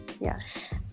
Yes